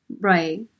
Right